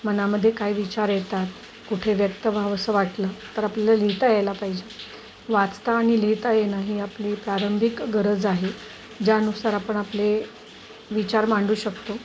मनामध्ये काय विचार येतात कुठे व्यक्त व्हावंसं वाटलं तर आपल्याला लिहिता यायला पाहिजे वाचता आणि लिहिता येणं ही आपली प्रारंभिक गरज आहे ज्यानुसार आपण आपले विचार मांडू शकतो